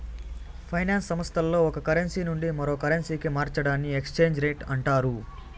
finance సంస్థల్లో ఒక currency నుండి మరో కరెన్సీకి మార్చడాన్ని ఎక్స్చేంజ్ రేట్ అంటారు